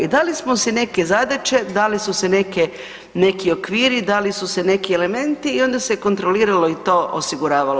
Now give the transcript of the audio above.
I dali smo si neke zadaće, dali su se neki okviri, dali su se neki elementi i onda se kontroliralo i to osiguravalo.